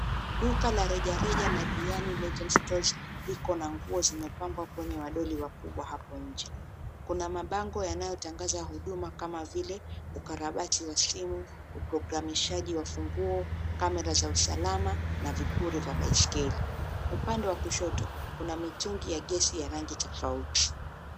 Duka la rejareja la Diani legend store liko na nguo zimepangwa kwenye wadoli wakubwa hapo nje. Kuna mabango yanayotangaza huduma kama vile; ukarabati wa simu, uprogramishaji wa ufunguo, kamera za usalama na vifuli vya baiskeli. Upande wa kushoto kuna mitungi ya gesi ya rangi tofauti.